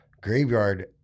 graveyard